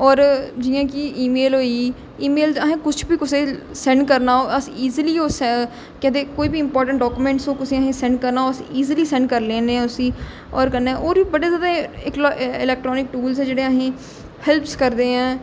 होर जियां कि ईमेल होई गेई ईमेल असें कुछ बी कुसै गी सैंड करना होऐ अस इजली उसी केह् आखदे कोई बी इमपाटेंट डाकोमेंट ओह् कुसै गी असें सैंड करना होऐ अस ईजली सैंड करी लैन्ने ऐ उसी होर कन्नै होर बी बड़े ज्यादा एह् एल्काट्र्निक टूल्स न जेह्ड़े असेंगी हैल्पस करदे ऐ